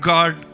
God